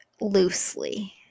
loosely